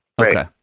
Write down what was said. Okay